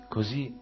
Così